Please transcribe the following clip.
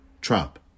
Trump